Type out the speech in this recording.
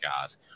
guys